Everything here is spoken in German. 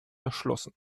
erschlossen